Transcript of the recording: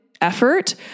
effort